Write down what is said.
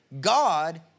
God